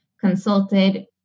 consulted